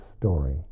story